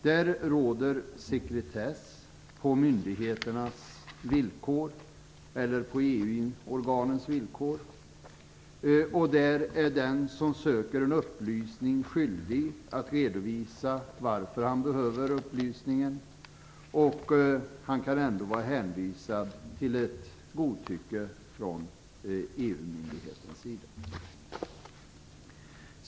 Där råder sekretess på myndigheternas eller EU-organens villkor. Där är den som söker en upplysning skyldig att redovisa varför han behöver upplysningen. Han kan ändå vara hänvisad till ett godtycke från EU-myndighetens sida.